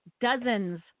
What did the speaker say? dozens